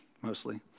mostly